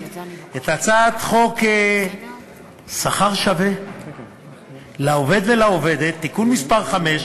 את הצעת חוק שכר שווה לעובד ולעובדת (תיקון מס' 5),